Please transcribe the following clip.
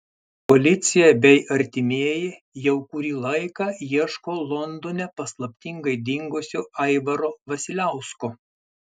policija bei artimieji jau kurį laiką ieško londone paslaptingai dingusio aivaro vasiliausko